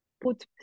put